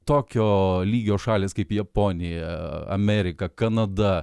tokio lygio šalys kaip japonija amerika kanada